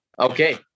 Okay